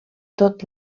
tot